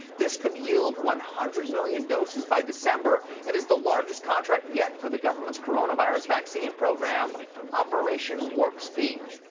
this could yield one hundred million doses by december, and is the largest contract yet for the government's coronavirus vaccine program operation warp speed.